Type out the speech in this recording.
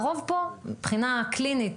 מבחינה קלינית,